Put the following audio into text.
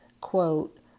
Quote